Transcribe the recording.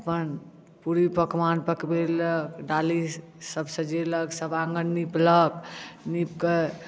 अपन पूरी पकवान पकवेलक डाली सब सजेलक सब आँगन निपलक नीप के